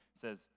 says